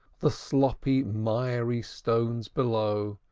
the sloppy, miry stones below,